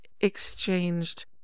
exchanged